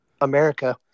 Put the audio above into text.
America